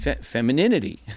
Femininity